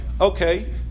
Okay